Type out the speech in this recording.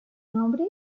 nombre